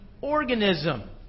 organism